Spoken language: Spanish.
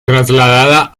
trasladada